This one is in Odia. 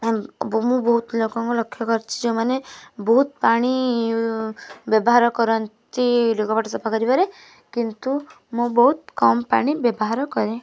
ମୁଁ ବହୁତ ଲୋକଙ୍କୁ ଲକ୍ଷ କରିଛି ଯେଉଁ ମାନେ ବହୁତ ପାଣି ବ୍ୟବହାର କରନ୍ତି ଲୁଗାପଟା ସଫା କରିବାରେ କିନ୍ତୁ ମୁଁ ବହୁତ କମ୍ ପାଣି ବ୍ୟବହାର କରେ